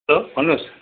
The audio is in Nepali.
हेलो भन्नुहोस्